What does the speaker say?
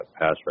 pass